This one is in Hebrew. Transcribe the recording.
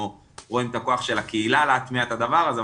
אנחנו רואים את הכוח של הקהילה להטמיע את הדבר הזה,